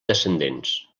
descendents